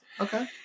Okay